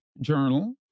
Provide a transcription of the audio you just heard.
journal